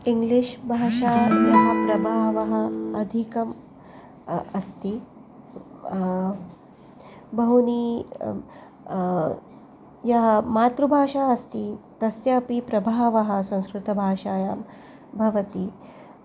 English भाषायाः प्रभावः अधिकः अ अस्ति बहूनि या मातृभाषा अस्ति तस्यापि प्रभावः संस्कृतभाषायां भवति